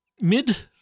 mid